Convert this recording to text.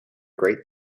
great